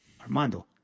Armando